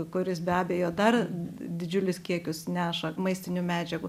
kuris be abejo dar didžiulius kiekius neša maistinių medžiagų